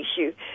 issue